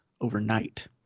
overnight